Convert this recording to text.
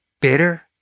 Bitter